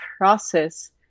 process